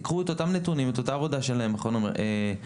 תיקחו את אותם הנתונים ואת אותה העבודה של המכון למחקר של